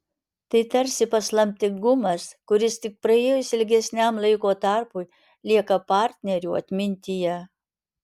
tai tarsi paslaptingumas kuris tik praėjus ilgesniam laiko tarpui lieka partnerių atmintyje